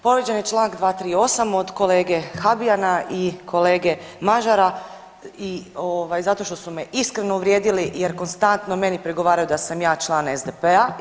Povrijeđen je čl. 238. od kolege Habijana i kolege Mažara zato što su me iskreno uvrijedili jer konstantno meni prigovaraju da sam ja član SDP-a.